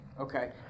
Okay